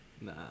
Nah